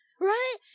right